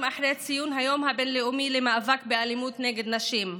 אחרי ציון היום הבין-לאומי למאבק באלימות נגד נשים.